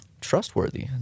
trustworthy